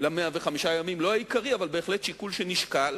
ל-105 ימים, לא העיקרי אבל בהחלט שיקול שנשקל,